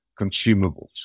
consumables